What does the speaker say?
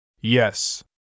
Yes